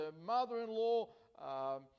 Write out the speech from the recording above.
mother-in-law